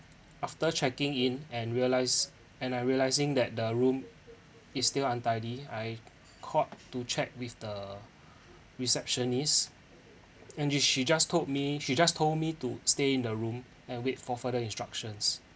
after checking in and realised and I realising that the room is still untidy I called to check with the receptionist and you she just told me she just told me to stay in the room and wait for further instructions